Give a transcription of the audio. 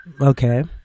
Okay